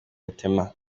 otema